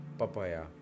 papaya